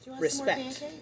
respect